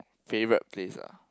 favourite place ah